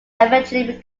eventually